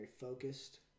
focused